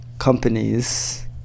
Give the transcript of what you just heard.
companies